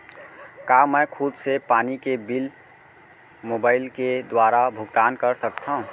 का मैं खुद से पानी के बिल मोबाईल के दुवारा भुगतान कर सकथव?